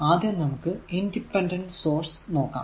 ആദ്യം നമുക്ക് independent source നോക്കാം